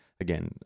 again